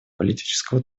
политического